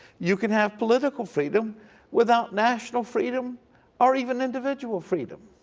you can have political freedom without national freedom or even individual freedom.